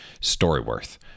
StoryWorth